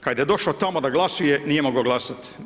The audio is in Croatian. Kad je došao tamo da glasuje, nije mogao glasat.